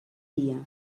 dia